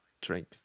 drink